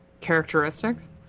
characteristics